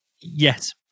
Yes